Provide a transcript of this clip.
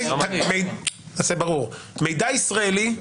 מידע ישראלי,